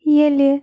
ییٚلہِ